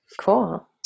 cool